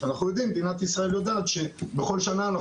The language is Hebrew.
ובכל שנה,